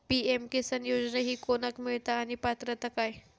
PM किसान योजना ही कोणाक मिळता आणि पात्रता काय?